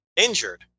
injured